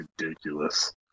ridiculous